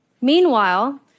Meanwhile